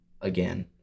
again